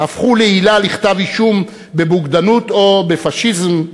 הפכו לעילה לכתב-אישום בבוגדנות או בפאשיזם,